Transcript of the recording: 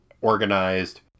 organized